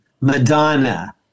Madonna